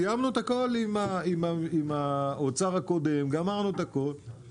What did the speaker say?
סיימנו את הכל עם האוצר הקודם וגמרנו את הכל,